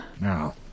Now